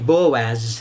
Boaz